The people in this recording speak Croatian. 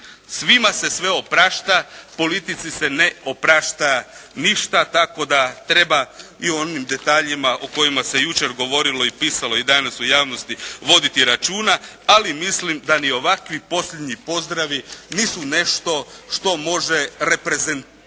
svima se sve oprašta. Politici se ne oprašta ništa tako da treba i o onim detaljima o kojima se jučer govorilo i pisalo i danas u javnosti voditi računa. Ali mislim da ni ovakvi posljednji pozdravi nisu nešto što može reprezentirati